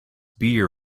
beer